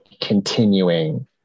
continuing